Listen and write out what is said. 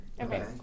Okay